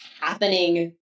happening